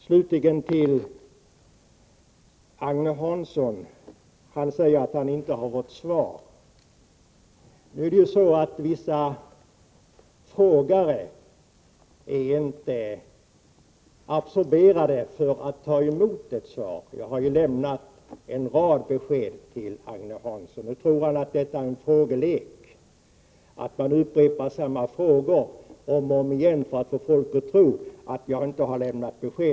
Slutligen: Agne Hansson säger att han inte har fått svar på sina frågor. Vissa frågare är inte disponerade för att ta emot ett svar. Jag har ju lämnat en rad besked till Agne Hansson. Nu tror han att detta är en frågelek — att man upprepar samma frågor om och om igen för att få folk att tro att jag inte har lämnat besked.